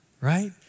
right